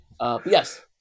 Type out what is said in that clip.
Yes